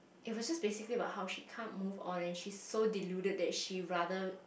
it was just basically about how she can't move on and she's so deluded that she rather